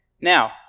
Now